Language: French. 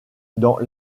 dans